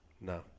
No